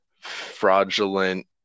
fraudulent